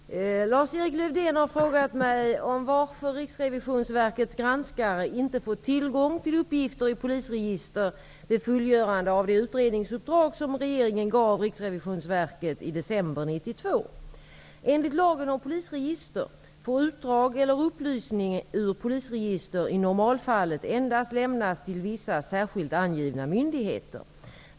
Herr talman! Lars-Erik Lövdén har frågat mig om varför Riksrevisionsverkets granskare inte fått tillgång till uppgifter i polisregister vid fullgörandet av det utredningsuppdrag som regeringen gav Enligt lagen om polisregister får uppdrag eller upplysning ur polisregister i normalfallet endast lämnas till vissa särskilt angivna myndigheter.